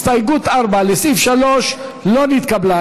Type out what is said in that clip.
הסתייגות 4, לסעיף 3, לא נתקבלה.